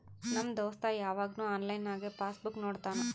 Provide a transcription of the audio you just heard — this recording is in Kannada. ನಮ್ ದೋಸ್ತ ಯವಾಗ್ನು ಆನ್ಲೈನ್ನಾಗೆ ಪಾಸ್ ಬುಕ್ ನೋಡ್ತಾನ